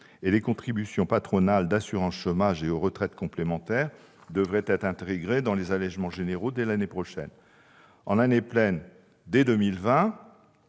les contributions patronales d'assurance chômage et aux retraites complémentaires devraient être intégrées dans les allégements généraux dès l'année prochaine. En année pleine, dès 2020,